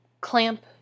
clamp